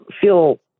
feel